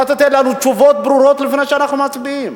אתה תיתן לנו תשובות ברורות לפני שאנחנו מצביעים.